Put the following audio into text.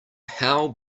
how